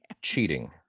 Cheating